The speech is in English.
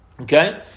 Okay